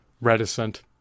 reticent